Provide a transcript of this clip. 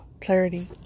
clarity